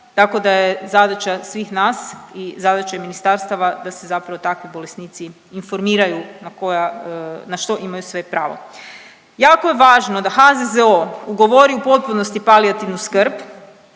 tako da je zadaća svih nas i zadaća i ministarstava da se zapravo takvi bolesnici informiraju na koja, na što imaju sve pravo. Jako je važno da HZZO ugovori u potpunosti palijativnu skrb